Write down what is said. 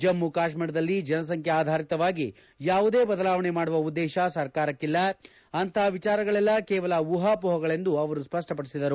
ಜಮ್ಮ ಕಾಶ್ಮೀರದಲ್ಲಿ ಜನಸಂಖ್ಯೆ ಆಧಾರಿತವಾಗಿ ಯಾವುದೇ ಬದಲಾವಣೆ ಮಾಡುವ ಉದ್ದೇಶ ಸರ್ಕಾರಕ್ಕಿಲ್ಲಾ ಅಂತಪ ವಿಚಾರಗಳೆಲ್ಲಾ ಕೇವಲ ಊಹಾಮೋಪಗಳೆಂದು ಅವರು ಸ್ವಷ್ಪಪಡಿಸಿದರು